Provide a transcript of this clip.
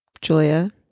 Julia